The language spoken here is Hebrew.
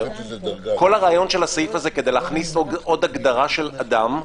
כל הרעיון של הסעיף הזה כדי להכניס עוד הגדרה של אדם,